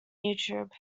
youtube